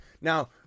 Now